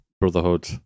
Brotherhood